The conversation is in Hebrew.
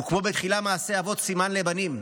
וכמו בתחילה, מעשי אבות סימן לבנים,